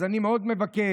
אז אני מאוד מבקש,